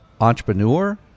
entrepreneur